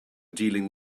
dealing